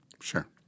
Sure